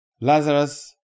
Lazarus